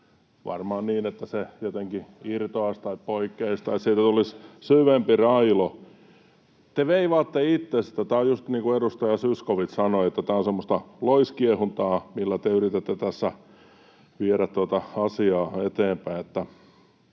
varmaan niin, että se jotenkin irtoaisi tai poikkeaisi tai siitä tulisi syvempi railo. Te veivaatte itse sitä. Tämä on juuri niin kuin edustaja Zyskowicz sanoi, että tämä on semmoista loiskiehuntaa, millä te yritätte tässä viedä asiaa eteenpäin.